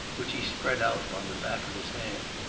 which he spread out upon the back of his hand.